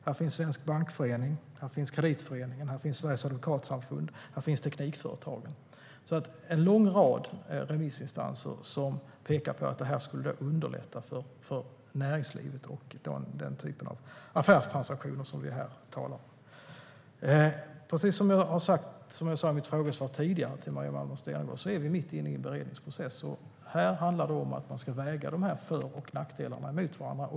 Här finns Svenska Bankföreningen, Svenska Kreditföreningen, Sveriges advokatsamfund och Teknikföretagen. Det är alltså en lång rad remissinstanser som pekar på att detta skulle underlätta för näringslivet och den typ av affärstransaktioner som vi här talar om. Precis som jag sa i mitt svar tidigare till Maria Malmer Stenergard är vi mitt inne i en beredningsprocess. Här handlar det om att man ska väga för och nackdelarna mot varandra.